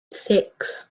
six